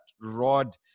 rod